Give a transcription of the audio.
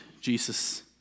Jesus